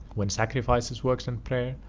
when sacrifices, works, and pray'r,